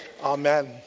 amen